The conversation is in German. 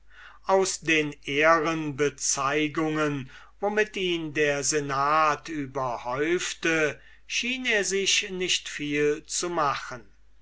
aus den ehrenbezeugungen womit ihn der senat überhäufte schien er sich nicht viel zu machen